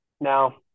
Now